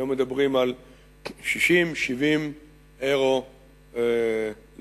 היום מדברים על 60 70 יורו לטונה.